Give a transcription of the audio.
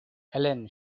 ellen